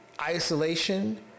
isolation